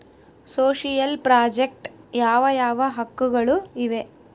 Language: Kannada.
ಸೋಶಿಯಲ್ ಪ್ರಾಜೆಕ್ಟ್ ಯಾವ ಯಾವ ಹಕ್ಕುಗಳು ಇವೆ?